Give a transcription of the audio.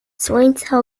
słońce